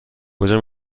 کجا